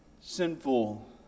sinful